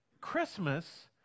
Christmas